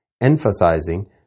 emphasizing